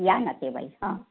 या ना तेव्हाही हां